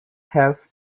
have